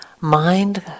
mind